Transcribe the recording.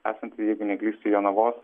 esanti jeigu neklystu jonavos